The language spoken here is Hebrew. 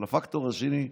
אבל הפקטור השני,